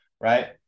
right